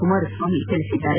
ಕುಮಾರಸ್ವಾಮಿ ಹೇಳಿದ್ದಾರೆ